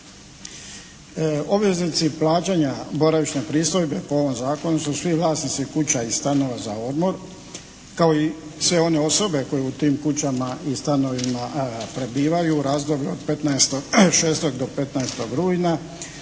Obveznici plaćanja boravišne pristojbe po ovom zakonu su svi vlasnici kuća i stanova za odmor, kao i sve one osobe koje u tim kućama i stanovima prebivaju u razdoblju od 15.6. do 15. rujna.